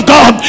God